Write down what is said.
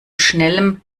schnellem